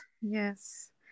Yes